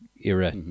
era